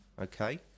Okay